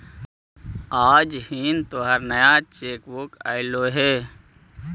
आज हिन् तोहार नया चेक बुक अयीलो हे